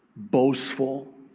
boastful,